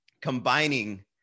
combining